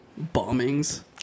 Bombings